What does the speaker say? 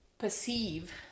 perceive